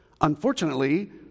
Unfortunately